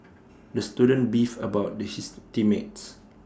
the student beefed about the his team mates